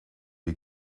les